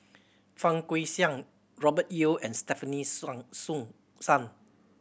Fang Guixiang Robert Yeo and Stefanie Song Sun